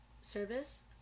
service